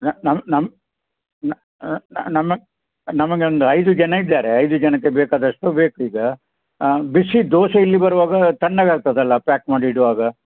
ನ ನಮ್ಮ ನಮ್ಮ ನ ನಮ್ಮಲ್ಲಿ ನಮಗೊಂದು ಐದು ಜನ ಇದ್ದಾರೆ ಐದು ಜನಕ್ಕೆ ಬೇಕಾದಷ್ಟು ಬೇಕು ಈಗ ಬಿಸಿ ದೋಸೆ ಇಲ್ಲಿ ಬರುವಾಗ ತಣ್ಣಗೆ ಆಗ್ತದಲ್ಲ ಪ್ಯಾಕ್ ಮಾಡಿ ಇಡುವಾಗ